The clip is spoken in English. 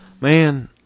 Man